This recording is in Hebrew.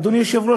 אדוני היושב-ראש,